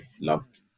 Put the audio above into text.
loved